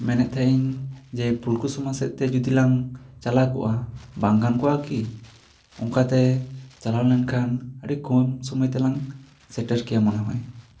ᱢᱮᱱᱮᱫ ᱛᱟᱦᱮᱱᱤᱧ ᱡᱮ ᱯᱷᱩᱞᱠᱩᱥᱢᱟᱹ ᱥᱮᱫ ᱛᱮ ᱡᱩᱫᱤ ᱞᱟᱝ ᱪᱟᱞᱟᱣ ᱠᱚᱜᱼᱟ ᱵᱟᱝ ᱜᱟᱱ ᱠᱚᱣᱟ ᱠᱤ ᱚᱱᱠᱟ ᱛᱮ ᱪᱟᱞᱟᱣ ᱞᱮᱱ ᱠᱷᱟᱱ ᱟᱹᱰᱤ ᱠᱚᱢ ᱥᱚᱢᱚᱭ ᱛᱮᱞᱟᱝ ᱥᱮᱴᱮᱨ ᱠᱮᱭᱟ ᱢᱚᱱᱮ ᱦᱚᱭ